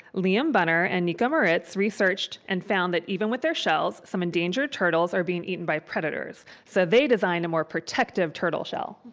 liam bunner and nico maritz, researched and found that even with their shells, some endangered turtles are being eaten by predators. so they designed a more protective turtle shell.